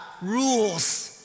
rules